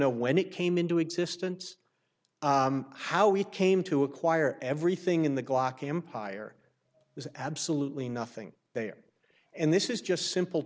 know when it came into existence how we came to acquire everything in the glock empire there's absolutely nothing there and this is just simple